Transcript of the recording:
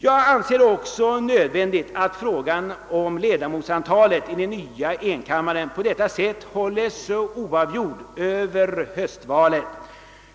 Jag anser det sålunda nödvändigt att frågan om ledamotsantalet i den nya enkammarriksdagen på detta sätt hålles öppen över höstvalet.